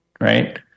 right